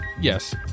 yes